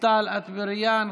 דיסטל אטבריאן,